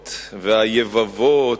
התלונות והיבבות,